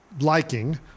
liking